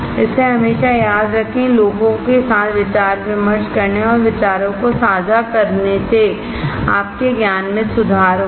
इसलिए हमेशा याद रखें कि लोगों के साथ विचार विमर्श करने और विचारों को साझा करने से आपके ज्ञान में सुधार होगा